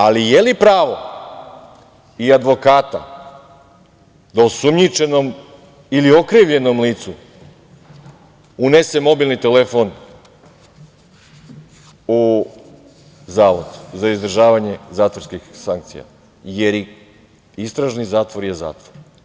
Ali, je li pravo i advokata da osumnjičenom ili okrivljenom licu unese mobilni telefon u zavod za izdržavanje zatvorskih sankcija, jer i istražni zatvor je zatvor?